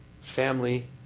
family